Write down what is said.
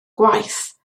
gwaith